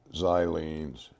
xylenes